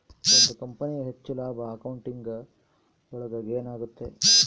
ಒಂದ್ ಕಂಪನಿಯ ಹೆಚ್ಚು ಲಾಭ ಅಕೌಂಟಿಂಗ್ ಒಳಗ ಗೇನ್ ಆಗುತ್ತೆ